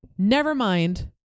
Nevermind